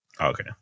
Okay